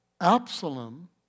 Absalom